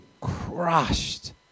crushed